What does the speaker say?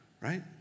Right